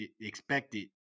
expected